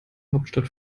hauptstadt